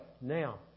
Now